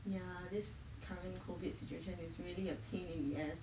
ya this current COVID situation is really a pain in the ass